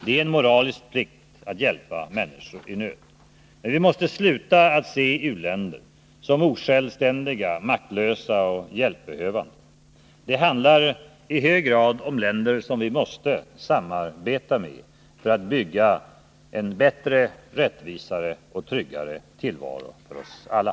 Det är en moralisk plikt att hjälpa människor i nöd. Men vi måste sluta att se u-länder som osjälvständiga, maktlösa och hjälpbehövande. Det handlar i hög grad om länder som vi måste samarbeta med för att bygga en bättre, rättvisare och tryggare tillvaro för oss alla.